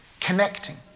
connecting